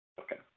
Okay